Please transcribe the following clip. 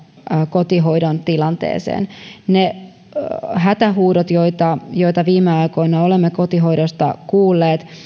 kotihoidon tilanteeseen niihin hätähuutoihin joita joita viime aikoina olemme kotihoidosta kuulleet